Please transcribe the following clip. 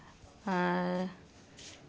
ᱟᱨ